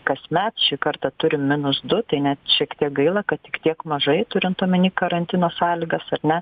kasmet šį kartą turim minus du tai net šiek tiek gaila kad tik tiek mažai turint omenyje karantino sąlygas ar ne